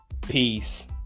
peace